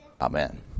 Amen